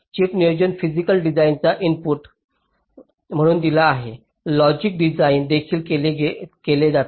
chip नियोजन physical डिझाइनला input म्हणून दिले जाते लॉजिक डिझाइन देखील केले जाते